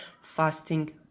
fasting